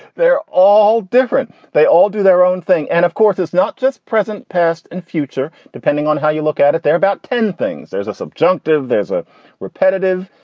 they're all different. they all do their own thing. and of course, it's not just present, past and future. depending on how you look at it. they're about ten things. there's a subjunctive. there's a repetitive.